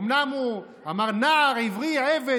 אומנם הוא אמר: "נער עברי עבד,